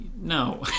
no